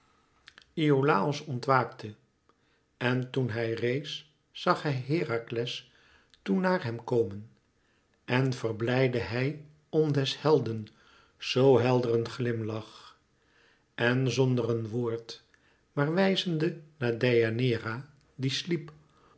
iolàos ontwaakte en toen hij rees zag hij herakles toe naar hem komen en verblijdde hij om des helden zoo helderen glimlach en zonder een woord maar wijzende naar deianeira die sliep